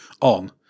on